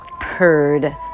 heard